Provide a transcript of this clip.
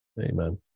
Amen